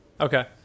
Okay